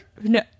No